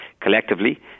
collectively